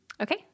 Okay